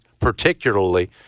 particularly